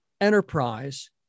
enterprise